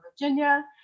Virginia